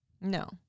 No